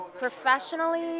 Professionally